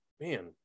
man